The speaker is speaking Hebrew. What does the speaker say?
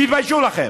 תתביישו לכם.